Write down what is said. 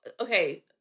Okay